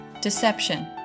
deception